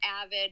avid